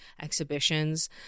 exhibitions